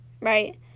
right